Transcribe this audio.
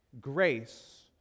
grace